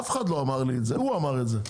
אף אחד לא אמר לי, זה הוא אמר לי את זה.